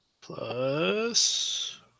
Plus